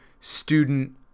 student